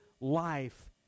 life